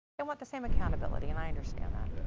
and want the same accountability. and i understand that.